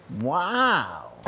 Wow